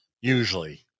Usually